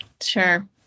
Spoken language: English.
sure